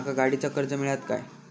माका गाडीचा कर्ज मिळात काय?